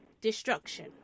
destruction